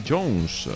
Jones